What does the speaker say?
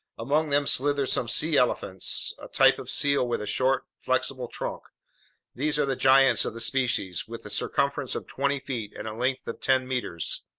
among them slithered some sea elephants, a type of seal with a short, flexible trunk these are the giants of the species, with a circumference of twenty feet and a length of ten meters.